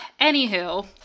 anywho